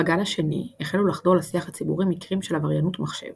בגל השני החלו לחדור לשיח הציבורי מקרים של עבריינות מחשב